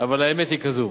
אבל האמת היא כזו: